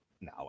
No